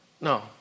No